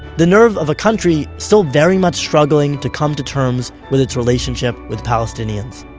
the nerve of a country still very much struggling to come to terms with its relationship with palestinians